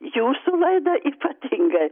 jūsų laidą ypatingai